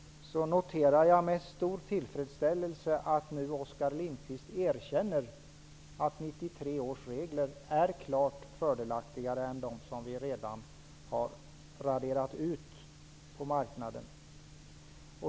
Jag noterar också med stor tillfredsställelse att Oskar Lindkvist nu erkänner att 1993 års regler är klart fördelaktigare än de som vi redan har raderat ut på marknaden.